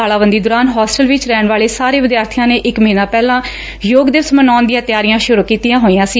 ਤਾਲਾਬੰਦੀ ਦੌਰਾਨ ਹੋਸਟਲ ਵਿੱਚ ਰਹਿਣ ਵਾਲੇ ਸਾਰੇ ਵਿਦਿਆਰਬੀਆਂ ਨੇ ਇੱਕ ਮਹੀਨਾ ਪਹਿਲਾਂ ਯੋਗ ਦਿਵਸ ਮਨਾਉਣ ਦੀਆਂ ਤਿਆਰੀਆਂ ਸ਼ੁਰੂ ਕੀਤੀਆਂ ਹੋਈਆਂ ਸੀ